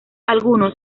alguno